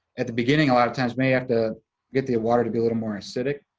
at the beginning a lot of times may have to get the water to be a little more acidic.